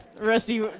Rusty